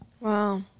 Wow